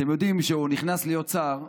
אתם יודעים, כשהוא נכנס להיות שר,